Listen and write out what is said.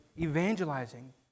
evangelizing